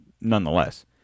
nonetheless